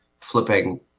flipping